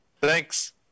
Thanks